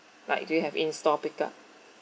like do you have in store pick up